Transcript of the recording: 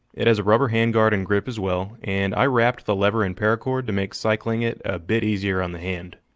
it has a rubber handguard and grip as well and i wrapped the lever in paracord to make cycling it a bit easier on the hand.